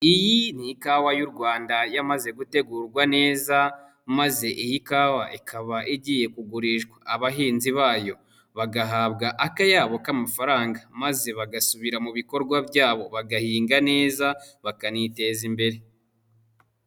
Iyi ni ikawa y'u Rwanda yamaze gutegurwa neza maze iyi kawa ikaba igiye kugurishwa, abahinzi bayo bagahabwa akayabo k'amafaranga maze bagasubira mu bikorwa byabo, bagahinga neza, bakaniteza imbere.